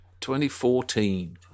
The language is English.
2014